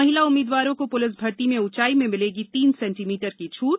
महिला उम्मीद्वारों को प्लिस भर्ती में ऊंचाई में मिलेगी तीन सेंटीमीटर की छूट